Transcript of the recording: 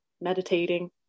meditating